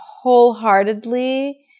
wholeheartedly